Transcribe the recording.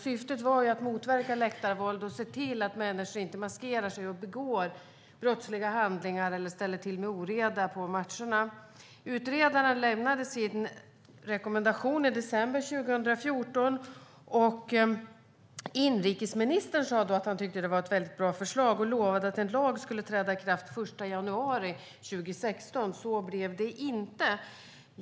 Syftet var att motverka läktarvåld och se till att människor inte maskerar sig och begår brottsliga handlingar eller ställer till med oreda på matcherna. Utredaren lämnade sin rekommendation i december 2014, och inrikesministern sa då att han tyckte att det var ett väldigt bra förslag och lovade att en lag skulle träda i kraft den 1 januari 2016. Så blev det inte.